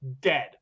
dead